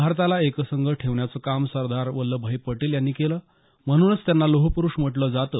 भारताला एकसंघ ठेवण्याचं काम सरदार वल्लभभाई पटेल यांनी केलं म्हणूनच त्यांना लोहपुरुष म्हटले जातं